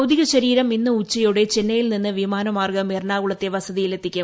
ഭൌതിക ശരീരം ഇന്ന് ഉച്ചയോടെ ചെന്നൈയിൽനിന്ന് വിമാനമാർഗ്ഗം എറണാകുളത്തെ വസതിയിൽ എത്തിക്കും